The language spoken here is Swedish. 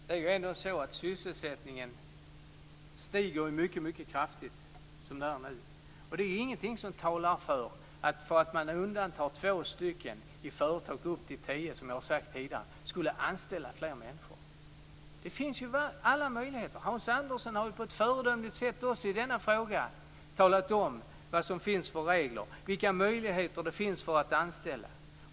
Fru talman! Sysselsättningen stiger mycket kraftigt nu. Det är ingenting som talar för att när man undantar två stycken i företag med upp till tio anställda, som jag sade tidigare, skulle fler människor anställas. Det finns alla möjligheter. Hans Andersson har också i denna fråga på ett föredömligt sätt talat om vilka regler som finns och vilka möjligheter det finns att anställa.